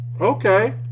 Okay